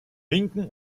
linken